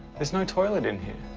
there's no toilet in here.